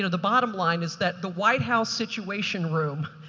the bottom line is that the white house situation room,